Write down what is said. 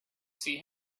see